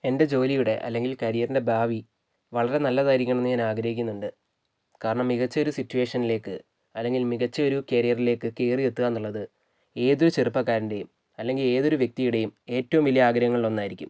എൻ്റെ ജോലിയുടെ അല്ലെങ്കിൽ കരിയർൻ്റെ ഭാവി വളരെ നല്ലതായിരിക്കണമെന്ന് ഞാൻ ആഗ്രഹിക്കുന്നുണ്ട് കാരണം മികച്ച ഒരു സിറ്റുവേഷനിലേക്ക് അല്ലെങ്കിൽ മികച്ച ഒരു കരിയറിലേക്ക് കയറിയെത്തുക എന്നുള്ളത് ഏതൊരു ചെറുപ്പക്കാരൻ്റെയും അല്ലെങ്കിൽ ഏതൊരു വ്യക്തിയുടെയും ഏറ്റവും വലിയ ആഗ്രഹങ്ങളിലൊന്നായിരിക്കും